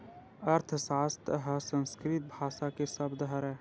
अर्थसास्त्र ह संस्कृत भासा के सब्द हरय